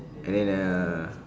and then uh